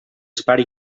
espart